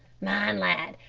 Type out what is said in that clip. mind, lad,